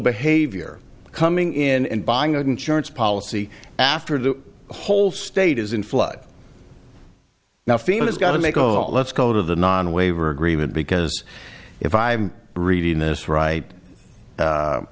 behavior coming in and buying an insurance policy after the whole state is in flood now feel has got to make a lot let's go to the non waiver agreement because if i'm reading this right